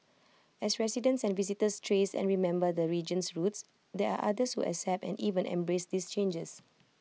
as residents and visitors trace and remember the region's roots there are others who accept and even embrace these changes